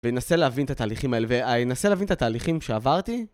ואני אנסה להבין את התהליכים האלה, ואני אנסה להבין את התהליכים שעברתי